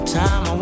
time